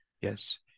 yes